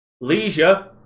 Leisure